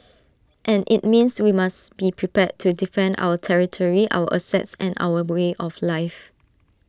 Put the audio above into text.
and IT means we must be prepared to defend our territory our assets and our way of life